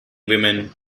women